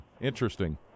interesting